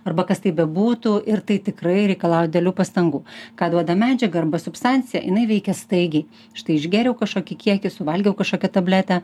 arba kas tai bebūtų ir tai tikrai reikalauja didelių pastangų ką duoda medžiaga arba substancija jinai veikia staigiai štai išgėriau kažkokį kiekį suvalgiau kažkokią tabletę